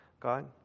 God